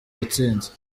yatsinze